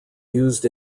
used